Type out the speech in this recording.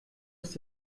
ist